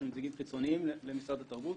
יש נציגים חיצוניים למשרד תרבות,